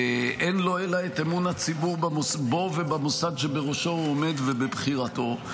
אין לו אלא את אמון הציבור בו ובמוסד שראשו הוא עומד ובבחירתו.